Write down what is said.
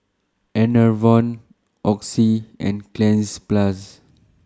Enervon Oxy and Cleanz Plus